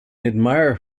admire